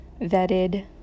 vetted